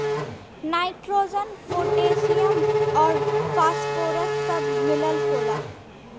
nitrogen potassium आउर phosphorus सब मिलल होला